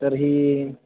तर्हि